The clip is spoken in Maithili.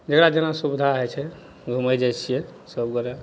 जकरा जेना सुविधा होइ छै घुमै जाइ छिए सबगोरे